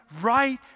right